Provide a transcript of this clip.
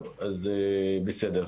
טוב, המצגת לא פועלת.